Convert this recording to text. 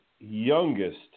youngest